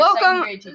Welcome